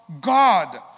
God